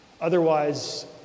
Otherwise